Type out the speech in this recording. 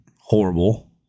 horrible